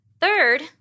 Third